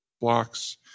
blocks